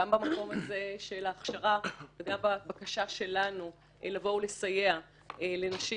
גם במקום הזה של ההכשרה וגם בבקשה שלנו לבוא ולסייע לנשים,